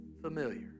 familiar